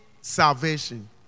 salvation